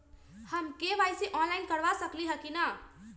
हम KYC online करवा सकली ह कि न?